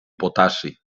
potassi